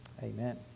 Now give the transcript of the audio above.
amen